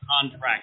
contract